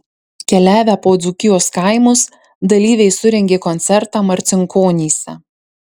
keliavę po dzūkijos kaimus dalyviai surengė koncertą marcinkonyse